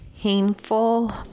painful